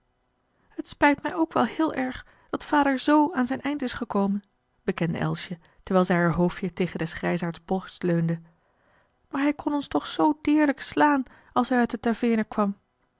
het spijt mij ook wel heel erg dat vader z aan zijn eind is gekomen bekende elsje terwijl zij haar hoofdje tegen des grijsaards borst leunde maar hij kon ons toch zoo deerlijk slaan als hij uit de taveerne kwam